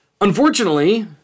Unfortunately